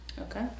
Okay